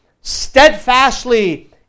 steadfastly